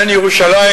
בן ירושלים,